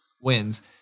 wins